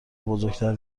بزرگتر